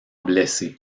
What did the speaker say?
blessé